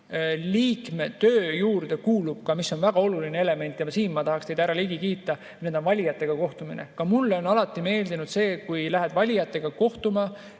töö juurde kuulub ka – see on väga oluline element ja siin ma tahaksin teid, härra Ligi, kiita – valijatega kohtumine. Ka mulle on alati meeldinud see, et kui lähed valijatega kohtuma,